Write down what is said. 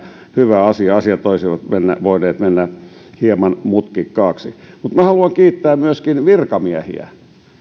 hyvä asia asiat olisivat voineet mennä hieman mutkikkaaksi minä haluan kiittää myöskin virkamiehiä